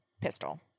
pistol